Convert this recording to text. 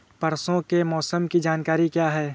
परसों के मौसम की जानकारी क्या है?